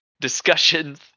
discussions